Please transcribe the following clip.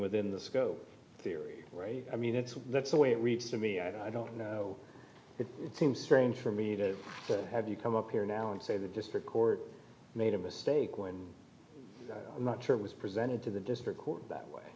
within the scope theory right i mean it's that's the way it reads to me i don't know it seems strange for me to have you come up here now and say the district court made a mistake when i'm not sure it was presented to the district court that way